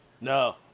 No